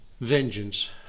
vengeance